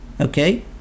okay